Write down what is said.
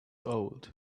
old